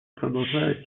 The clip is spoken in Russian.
продолжают